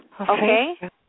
Okay